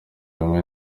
rumwe